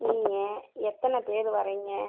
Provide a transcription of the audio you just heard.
நீங்கள் எத்தனை பேர் வரீங்க